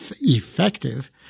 effective